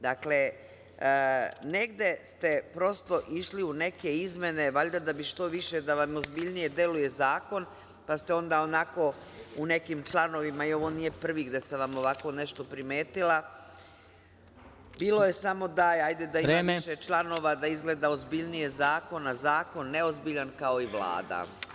Dakle, negde ste prosto išli u neke izmene, valjda da bi što više da vam ozbiljnije deluje zakon, pa ste onda onako u nekim članovima, i ovo nije prvi da sam vam ovako nešto primetila, bilo je samo daj, ajde da ima više članova, da izgleda ozbiljnije zakona, a zakon neozbiljan kao i Vlada.